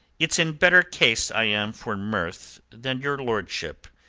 it's in better case i am for mirth than your lordship.